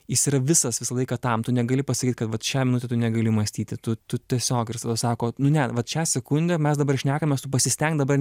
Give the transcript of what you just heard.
jis yra visas visą laiką tam tu negali pasakyt kad vat šią minutę tu negali mąstyti tu tu tiesiog ir tada sako nu ne vat šią sekundę mes dabar šnekamės tu pasistenk dabar